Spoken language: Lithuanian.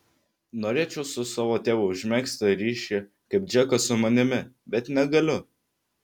norėčiau su savo tėvu užmegzti ryšį kaip džekas su manimi bet negaliu